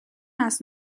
است